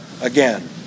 again